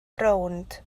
rownd